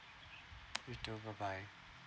you too bye bye